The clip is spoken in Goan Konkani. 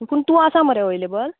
पूण तूं आसा मरे अवेलेबल